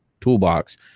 toolbox